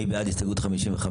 מי בעד קבלת הסתייגות מספר 56?